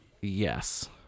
yes